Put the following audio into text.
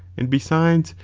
and besides,